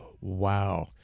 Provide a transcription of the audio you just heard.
Wow